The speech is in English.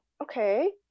okay